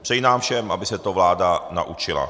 Přeji nám všem, aby se to vláda naučila.